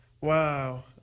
Wow